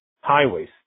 highways